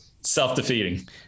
self-defeating